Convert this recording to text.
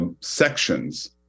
sections